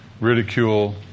ridicule